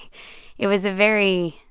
it was a very,